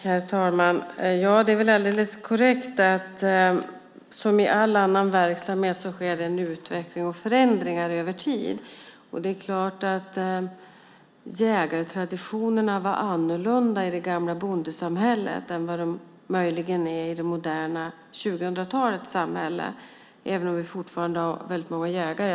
Herr talman! Det är väl alldeles korrekt att det sker utveckling och förändringar över tid, som i all annan verksamhet. Det är klart att jägartraditionerna var annorlunda i det gamla bondesamhället än de är i det moderna 2000-talets samhälle, även om vi fortfarande har väldigt många jägare.